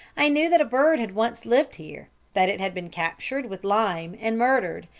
i knew that a bird had once lived here that it had been captured with lime and murdered,